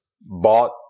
Bought